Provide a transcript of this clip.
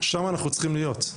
שם אנחנו צריכים להיות.